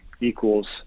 equals